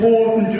important